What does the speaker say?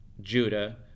judah